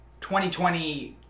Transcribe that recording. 2020